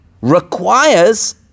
requires